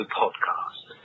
podcast